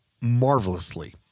marvelously